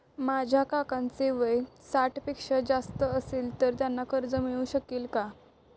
माझ्या काकांचे वय साठ वर्षांपेक्षा जास्त असेल तर त्यांना कर्ज मिळू शकेल का?